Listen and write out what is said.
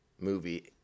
movie